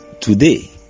Today